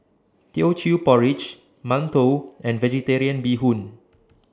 Teochew Porridge mantou and Vegetarian Bee Hoon